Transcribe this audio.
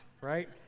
Right